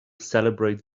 celebrate